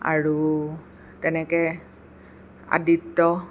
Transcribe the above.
আৰু তেনেকৈ আদিত্য